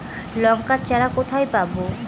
লঙ্কার চারা কোথায় পাবো?